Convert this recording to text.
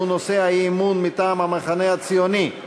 זה נושא האי-אמון מטעם המחנה הציוני.